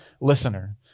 listener